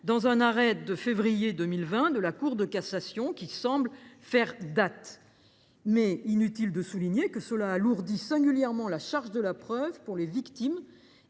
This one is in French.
dans l’arrêt du 13 février 2020 de la Cour de cassation, qui semble faire date ; inutile de souligner que cela alourdit singulièrement la charge de la preuve pour les victimes,